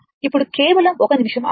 ఇప్పుడు కేవలం 1 నిమిషం ఆగండి